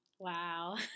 Wow